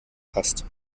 passt